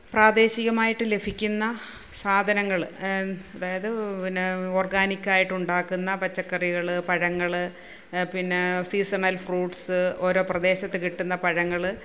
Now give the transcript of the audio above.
പ്രാദേശികമായിട്ട് ലഭിക്കുന്ന സാധനങ്ങൾ അതായത് പിന്നെ ഓര്ഗാനിക്ക് ആയിട്ട് ഉണ്ടാക്കുന്ന പച്ചക്കറികൾ പഴങ്ങൾ പിന്നെ സീസണല് ഫ്രൂട്ട്സ് ഓരോ പ്രദേശത്ത് കിട്ടുന്ന പഴങ്ങൾ